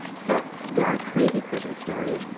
so, there are crazy prison stories.